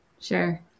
Sure